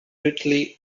ridley